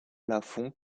lafond